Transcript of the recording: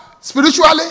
spiritually